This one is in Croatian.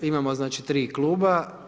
Imamo znači 3 kluba.